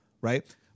right